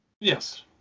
Yes